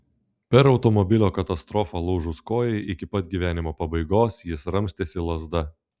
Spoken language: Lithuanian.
per automobilio katastrofą lūžus kojai iki pat gyvenimo pabaigos jis ramstėsi lazda